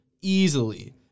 easily